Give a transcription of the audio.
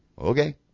okay